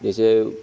जैसे